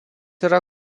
yra